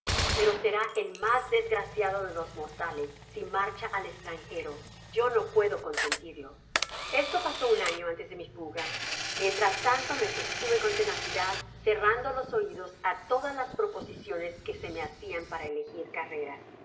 pero será el mas desgraciado de ies mortales si marcha al estran ero yo no puedo consentirlo content from google book search generated at esto pasó un año antes de mi fuga mientras tanto me sostuve con tenacidad cerrando los oidos á todas las proposiciones que se me hadan para elegir carrera con